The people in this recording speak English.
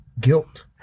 guilt